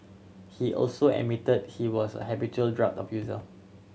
he also admitted he was a habitual drug abuser